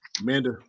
amanda